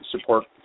support